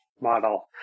model